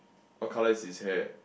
what colour is his hair